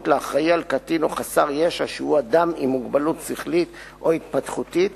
לאחראי על קטין או חסר ישע שהוא אדם עם מוגבלות שכלית או התפתחותית